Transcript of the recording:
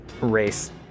race